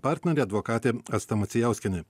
partnerė advokatė asta macijauskienė